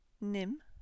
nim